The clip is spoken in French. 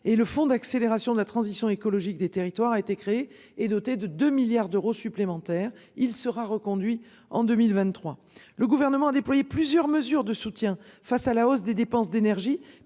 le fond d'accélération de la transition écologique des territoires a été créé et doté de 2 milliards d'euros supplémentaires. Il sera reconduit en 2023, le gouvernement a déployé plusieurs mesures de soutien face à la hausse des dépenses d'énergies